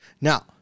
Now